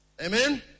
Amen